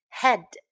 head